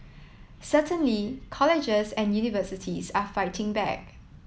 certainly colleges and universities are fighting back